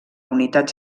unitat